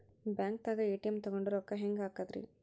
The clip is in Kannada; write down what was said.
ಬ್ಯಾಂಕ್ದಾಗ ಎ.ಟಿ.ಎಂ ತಗೊಂಡ್ ರೊಕ್ಕ ಹೆಂಗ್ ಹಾಕದ್ರಿ?